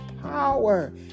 power